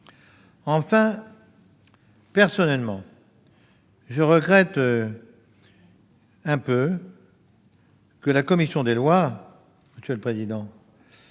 Enfin, personnellement, je regrette un peu que la commission des lois- Dieu sait